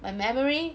my memory